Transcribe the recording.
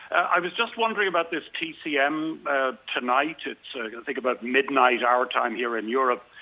i was just wondering about this tcm tonight, it's sort of i think about midnight our time here in europe,